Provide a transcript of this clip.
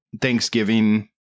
Thanksgiving-